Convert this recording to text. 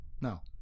No